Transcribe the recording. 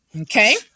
Okay